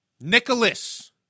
Nicholas